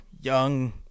young